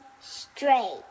straight